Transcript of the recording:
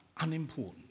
unimportant